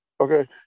Okay